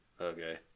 Okay